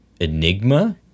enigma